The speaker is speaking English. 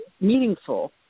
Meaningful